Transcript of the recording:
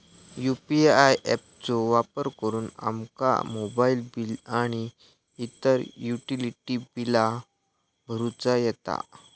UPI app चो वापर करुन आमका मोबाईल बिल आणि इतर युटिलिटी बिला भरुचा येता